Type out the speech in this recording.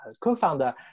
co-founder